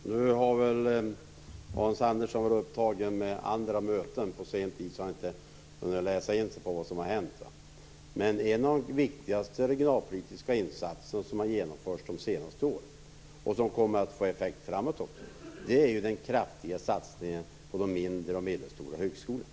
Herr talman! Hans Andersson har väl under senare tid varit upptagen med andra möten. Kanske har han därför inte hunnit läsa in sig på vad som har hänt. En av de viktigaste regionalpolitiska insatser som genomförts under de senaste åren och som kommer att få effekt också framöver är den kraftiga satsningen på de mindre och medelstora högskolorna.